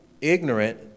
ignorant